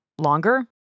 longer